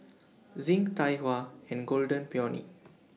Zinc Tai Hua and Golden Peony